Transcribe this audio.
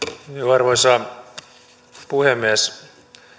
arvoisa puhemies